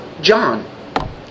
John